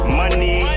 money